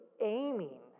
aiming